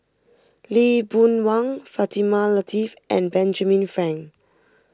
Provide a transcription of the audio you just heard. Lee Boon Wang Fatimah Lateef and Benjamin Frank